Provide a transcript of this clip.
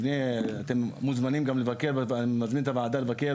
אני מזמין את הוועדה לבקר,